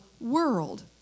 world